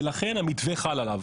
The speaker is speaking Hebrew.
ולכן המתווה חל עליו.